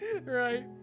Right